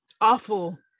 awful